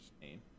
name